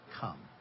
come